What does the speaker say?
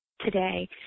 today